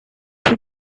two